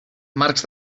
marcs